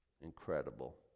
Incredible